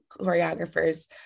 choreographers